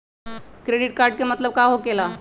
Credit card के मतलब का होकेला?